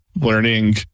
learning